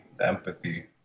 empathy